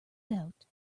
doubt